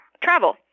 travel